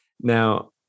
Now